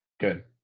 Good